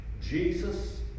Jesus